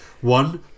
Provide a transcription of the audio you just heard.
one